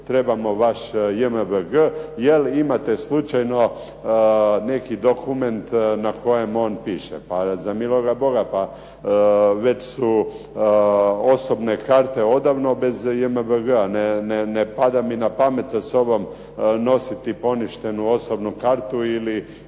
trebamo vaš JMBG, imate li slučajno neki dokument na kome on piše. Pa za miloga Boga pa već su osobne karte odavno bez JMBG-a, ne pada mi na pamet sa sobom nositi poništenu osobnu kartu ili